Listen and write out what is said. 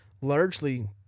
largely